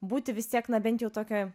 būti vis tiek na bent jau tokioj